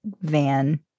van